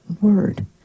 Word